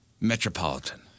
Metropolitan